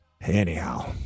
Anyhow